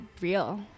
real